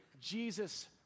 Jesus